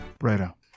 Righto